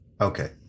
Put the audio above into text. Okay